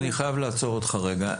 יניב אני חייב לעצור אותך רגע.